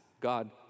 God